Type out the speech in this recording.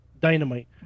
Dynamite